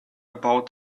about